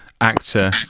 actor